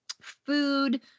food